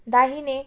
दाहिने